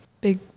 Big